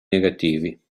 negativi